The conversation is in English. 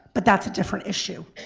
but that's a different issue.